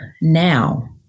now